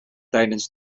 tijdens